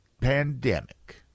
pandemic